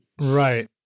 Right